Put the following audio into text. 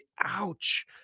Ouch